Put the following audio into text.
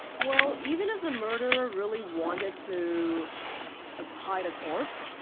well, even if the murderer really wanted to ah hide a corpse,